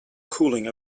cooling